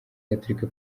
gatolika